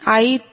8p